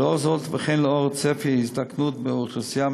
ולאור זאת וכן לאור צפי ההזדקנות באוכלוסייה,